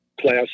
class